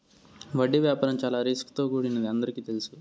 వడ్డీ వ్యాపారం చాలా రిస్క్ తో కూడినదని అందరికీ తెలుసు